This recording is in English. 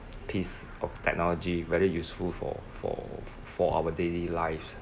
piece of technology very useful for for for our daily lives